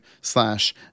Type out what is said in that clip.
slash